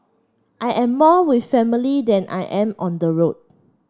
I am more with family than I am on the road